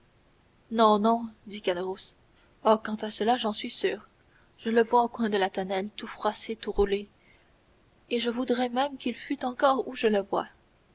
non non dit caderousse oh quant à cela j'en suis sûr je le vois au coin de la tonnelle tout froissé tout roulé et je voudrais même bien qu'il fût encore où je le vois